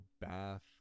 bath